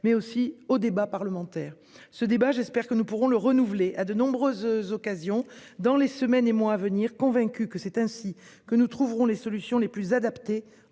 mais aussi au débat parlementaire. Ce débat, j'espère que nous pourrons le renouveler à de nombreuses occasions dans les semaines et mois à venir, convaincu que c'est ainsi que nous trouverons les solutions les plus adaptées